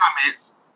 comments